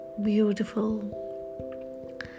beautiful